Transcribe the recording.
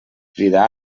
cridar